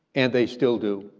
and they still do.